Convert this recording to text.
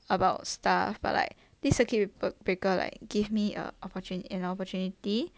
about stuff but like this circuit break~ breaker like give me a an opportunity